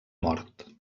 mort